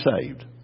saved